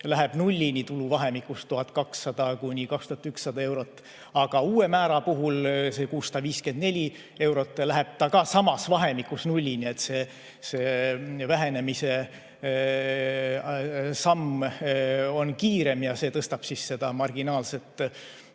läheb nullini tuluvahemikus 1200–2100 eurot. Uue määra puhul, see 654 eurot, läheb ta ka samas vahemikus nullini. Nii et see vähenemise samm on kiirem ja see tõstab marginaalset